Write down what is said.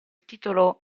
titolo